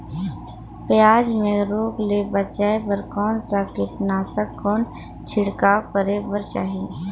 पियाज मे रोग ले बचाय बार कौन सा कीटनाशक कौन छिड़काव करे बर चाही?